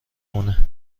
مونه